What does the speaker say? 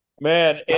Man